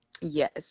Yes